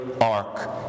ark